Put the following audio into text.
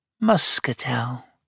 Muscatel